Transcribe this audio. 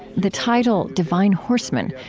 the title divine horsemen,